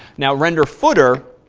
now, renderfooter,